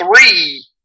three